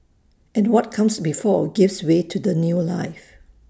and what comes before gives way to that new life